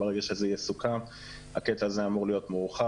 ברגע שזה יסוכם הקטע הזה אמור להיות מורחב